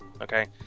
Okay